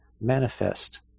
manifest